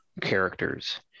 characters